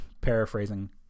paraphrasing